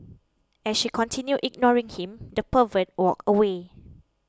as she continued ignoring him the pervert walked away